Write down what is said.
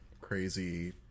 crazy